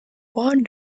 barn